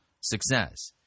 success